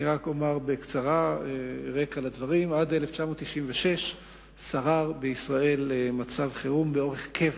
אני אומר בקצרה רקע לדברים: עד 1996 שרר בישראל מצב חירום באורח קבע.